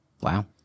Wow